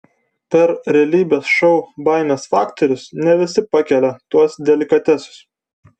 per realybės šou baimės faktorius ne visi pakelia tuos delikatesus